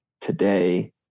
today